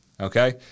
okay